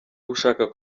ushaka